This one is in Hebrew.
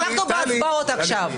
אנחנו בהצבעות עכשיו.